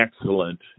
excellent